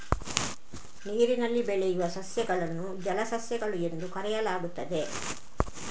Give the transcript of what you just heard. ನೀರಿನಲ್ಲಿ ಬೆಳೆಯುವ ಸಸ್ಯಗಳನ್ನು ಜಲಸಸ್ಯಗಳು ಎಂದು ಕರೆಯಲಾಗುತ್ತದೆ